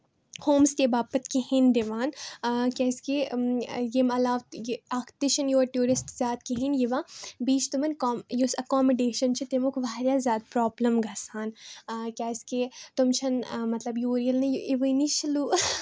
home stay باپتھ کِہیٖنٛۍ دِوان آ کیٛازِکہِ ییٚمہِ علاوٕ تہِ اَکھ تہِ چھِنہٕ یور ٹیوٗرِسٹہٕ زیادٕ کِہیٖنٛۍ یِوان بیٚیہِ چھِ تِمَن کم یُس ایکاومڈیشَن چھِ تمیُک واریاہ زیادٕ پرٛابلِم گژھان آ کیٛازِکہِ تِم چھِنہٕ مطلب یور ییٚلہِ نہٕ یِوانٕے چھِ لوٗ